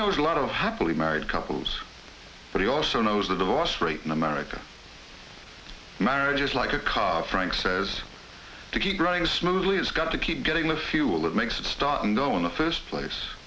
knows a lot of happily married couples but he also knows the divorce rate in america marriage is like a car frank says to keep running smoothly it's got to keep getting the fuel that makes it start and go in the first place